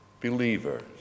Believers